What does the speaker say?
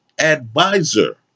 advisor